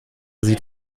sieht